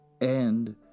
And